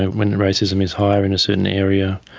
ah when and racism is higher in a certain area,